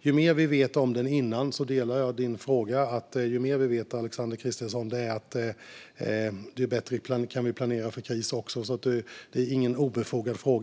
Jag delar din syn, Alexander Christiansson, om att ju mer vi vet, desto bättre kan vi planera för kris. Det är alltså ingen obefogad fråga.